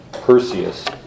Perseus